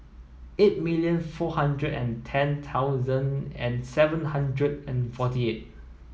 eight million four hundred and ten thousand and seven hundred and forty eight